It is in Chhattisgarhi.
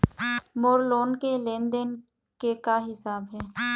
मोर लोन के लेन देन के का हिसाब हे?